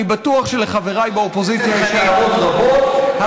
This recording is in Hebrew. אני בטוח שלחבריי באופוזיציה יש הערות רבות.